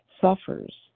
suffers